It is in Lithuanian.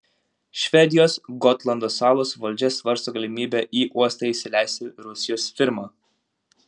švedijos gotlando salos valdžia svarsto galimybę į uostą įsileisti rusijos firmą